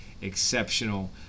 exceptional